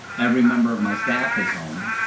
every member of my staff is home,